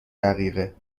دقیقه